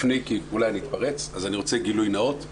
אני רוצה גילוי נאות,